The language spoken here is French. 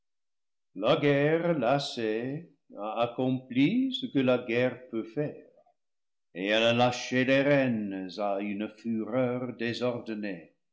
la guerre lassée a accompli ce que la guerre peut faire et elle a lâché les rênes à une fureur désordonnée